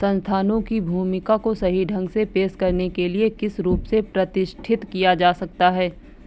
संस्थानों की भूमिका को सही ढंग से पेश करने के लिए किस रूप से प्रतिष्ठित किया जा सकता है?